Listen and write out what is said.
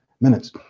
Minutes